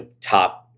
top